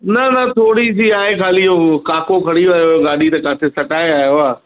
न न थोरी सी आहे खाली उहो काको खणी वियो हुयो गाॾी त किथे सटाए आयो आहे